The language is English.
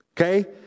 Okay